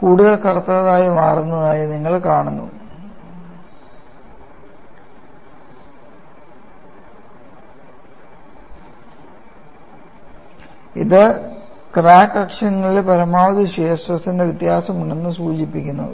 കൂടുതൽ കറുത്തതായി മാറുന്നതായി നിങ്ങൾ കാണുന്നു ഇത് ക്രാക്ക് അക്ഷങ്ങളിൽ പരമാവധി ഷിയർ സ്ട്രെസ്ന്റെ വ്യത്യാസമുണ്ടെന്ന് സൂചിപ്പിക്കുന്നു